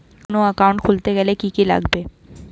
কোন একাউন্ট খুলতে গেলে কি কি লাগে?